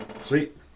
Sweet